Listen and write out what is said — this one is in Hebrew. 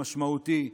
המשמעותי,